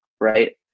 Right